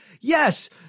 Yes